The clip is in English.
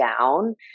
down